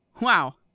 Wow